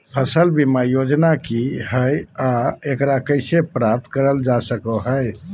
फसल बीमा योजना की हय आ एकरा कैसे प्राप्त करल जा सकों हय?